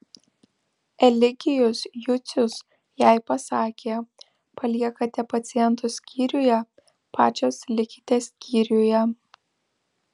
eligijus jucius jai pasakė paliekate pacientus skyriuje pačios likite skyriuje